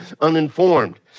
uninformed